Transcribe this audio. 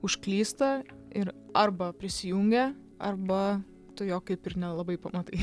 užklysta ir arba prisijungia arba tu jo kaip ir nelabai pamatai